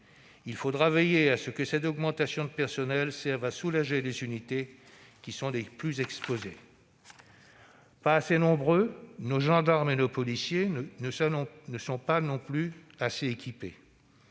Il faudra veiller à ce que cette augmentation des effectifs serve à soulager les unités les plus exposées. Pas assez nombreux, nos gendarmes et nos policiers ne sont pas non plus assez équipés.